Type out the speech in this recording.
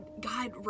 God